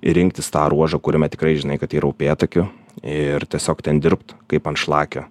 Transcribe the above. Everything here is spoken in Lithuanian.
ir rinktis tą ruožą kuriame tikrai žinai kad yra upėtakių ir tiesiog ten dirbt kaip ant šlakio